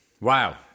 Wow